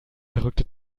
verrückte